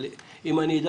אבל אם תגיד